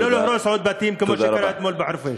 ולא להרוס עוד בתים, כמו שקרה אתמול בחורפיש.